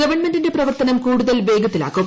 ഗവൺമെന്റിന്റെ പ്രവർത്തനം കൂടുതൽ വേഗത്തിലാക്കും